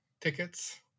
tickets